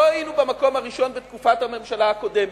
לא היינו במקום הראשון בתקופת הממשלה הקודמת.